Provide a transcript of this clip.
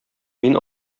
мин